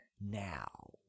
now